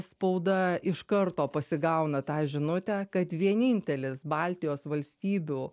spauda iš karto pasigauna tą žinutę kad vienintelis baltijos valstybių